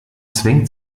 zwängt